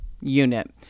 unit